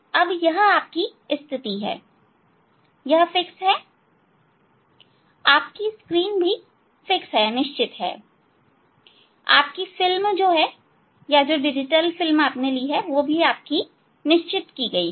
अब यह आपकी स्थिति है यह निश्चित है आपकी स्क्रीन भी निश्चित हैआप की फिल्म भी निश्चित की गई है